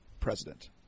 president